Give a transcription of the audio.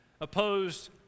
opposed